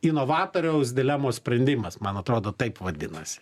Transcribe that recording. inovatoriaus dilemos sprendimas man atrodo taip vadinasi